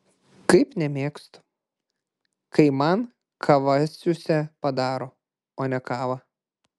kaip nemėgstu kai man kavasiusę padaro o ne kavą